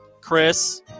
Chris